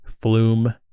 flume